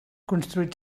construït